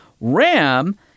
RAM